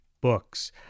books